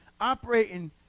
operating